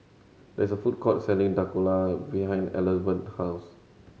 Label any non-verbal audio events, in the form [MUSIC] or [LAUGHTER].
there is a food court selling Dhokla behind [UNINTELLIGIBLE] house